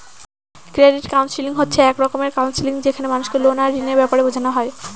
credit counselling হচ্ছে এক রকমের কাউন্সেলিং যেখানে মানুষকে লোন আর ঋণের ব্যাপারে বোঝানো হয়